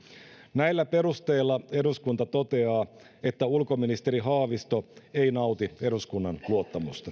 näillä perusteilla eduskunta toteaa että ulkoministeri haavisto ei nauti eduskunnan luottamusta